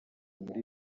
muri